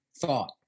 thought